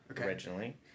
originally